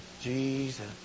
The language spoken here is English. Jesus